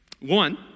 One